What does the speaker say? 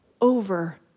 over